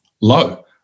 low